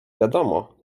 wiadomo